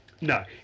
No